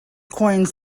coins